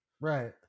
Right